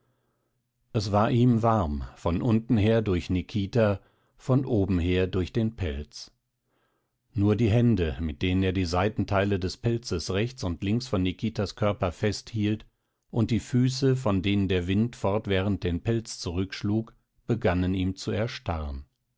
es war ihm warm von unten her durch nikita von oben her durch den pelz nur die hände mit denen er die seitenteile des pelzes rechts und links von nikitas körper festhielt und die füße von denen der wind fortwährend den pelz zurückschlug begannen ihm zu erstarren